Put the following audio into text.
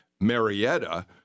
Marietta